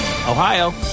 Ohio